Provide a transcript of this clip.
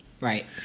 Right